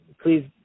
please